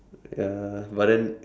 ya but then